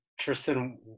Tristan